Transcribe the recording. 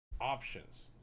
options